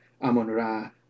Amun-Ra